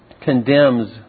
condemns